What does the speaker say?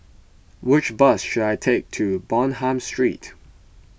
which bus should I take to Bonham Street